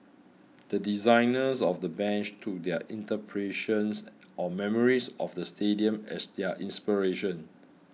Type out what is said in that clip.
the designers of the bench took their interpretations or memories of the stadium as their inspiration